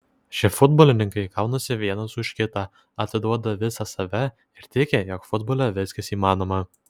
šie futbolininkai kaunasi vienas už kitą atiduoda visą save ir tiki jog futbole viskas įmanoma